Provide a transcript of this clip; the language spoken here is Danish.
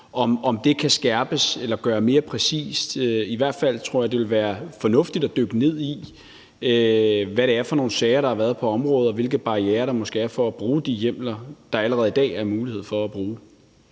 om det kan skærpes eller gøres mere præcist, tror jeg i hvert fald, det vil være fornuftigt at dykke ned i, hvad det er for nogle sager, der har været på området, og hvilke barrierer der måske er for at bruge de hjemler, der allerede i dag er mulighed for at bruge.